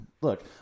Look